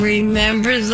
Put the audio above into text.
Remember